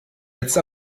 jetzt